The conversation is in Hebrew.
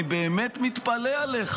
אני באמת מתפלא עליך.